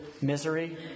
misery